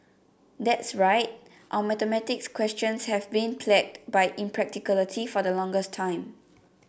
that's right our mathematics questions have been plagued by impracticality for the longest time